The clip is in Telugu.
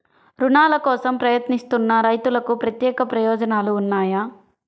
రుణాల కోసం ప్రయత్నిస్తున్న రైతులకు ప్రత్యేక ప్రయోజనాలు ఉన్నాయా?